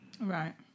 Right